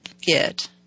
get